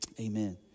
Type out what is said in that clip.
Amen